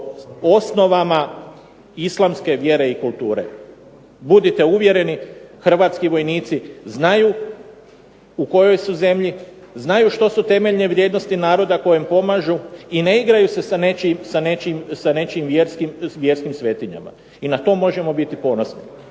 o osnovama islamske vjere i kulture. Budite uvjereni hrvatski vojnici znaju u kojoj su zemlji, znaju što su temeljne vrijednosti naroda kojem pomažu i ne igraju se sa nečijim vjerskim svetinjama. I na to možemo biti ponosni.